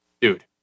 Dude